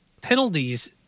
penalties